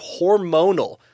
hormonal